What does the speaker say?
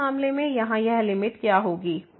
तो इस मामले में यहाँ यह लिमिट क्या होगी